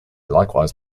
likewise